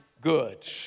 good